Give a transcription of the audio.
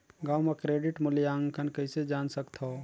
गांव म क्रेडिट मूल्यांकन कइसे जान सकथव?